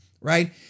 right